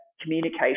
communication